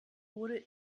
wurde